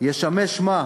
ישמש למה